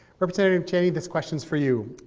representative cheney, this question's for you.